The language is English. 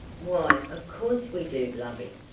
why of course we do, lovey.